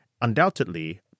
Undoubtedly